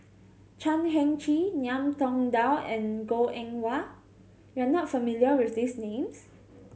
Chan Heng Chee Ngiam Tong Dow and Goh Eng Wah you are not familiar with these names